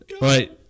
Right